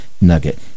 nugget